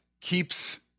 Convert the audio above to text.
keeps